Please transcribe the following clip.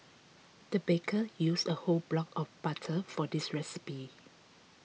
the baker used a whole block of butter for this recipe